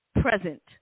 present